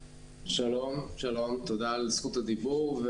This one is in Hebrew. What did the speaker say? שלום, תודה על זכות הדיבור.